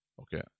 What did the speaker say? Okay